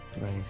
Right